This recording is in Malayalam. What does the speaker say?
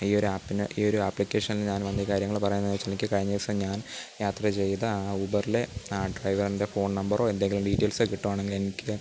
ഈയൊരു ആപ്പിന് ഈയൊരു ആപ്ലിക്കേഷന് ഞാൻ വന്നീ കാര്യങ്ങള് പറയുന്നേന്നുവച്ചാൽ എനിക്ക് കഴിഞ്ഞ ദിവസം ഞാൻ യാത്ര ചെയ്ത ആ ഊബറിലെ ആ ഡ്രൈവറിൻ്റെ ഫോൺ നമ്പറോ എന്തെങ്കിലും ഡീറ്റെയിൽസ് കിട്ടുകയാണെങ്കില് എനിക്ക്